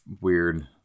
weird